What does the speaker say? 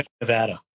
Nevada